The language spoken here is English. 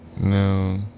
No